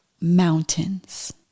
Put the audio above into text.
mountains